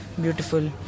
beautiful